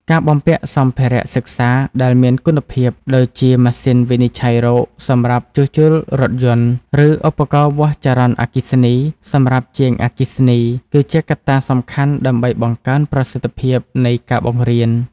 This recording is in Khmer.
ការបំពាក់សម្ភារៈសិក្សាដែលមានគុណភាព ដូចជាម៉ាស៊ីនវិនិច្ឆ័យរោគសម្រាប់ជួសជុលរថយន្ត ឬឧបករណ៍វាស់ចរន្តអគ្គិសនីសម្រាប់ជាងអគ្គិសនី គឺជាកត្តាសំខាន់ដើម្បីបង្កើនប្រសិទ្ធភាពនៃការបង្រៀន។